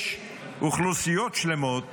יש אוכלוסיות שלמות